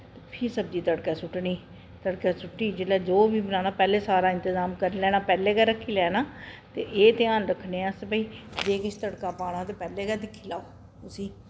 फ्ही सब्जी तड़कै सु'ट्टनी तड़कै सु'ट्टी जिसलै जो बी बनाना पैह्लें सारा इंतजाम करी लैना पैह्लें गै रक्खी लैना ते एह् ध्यान रक्खने अस भई जे किश तड़का पाना ते पैह्लें गै दिक्खी लैओ उस्सी